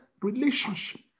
relationship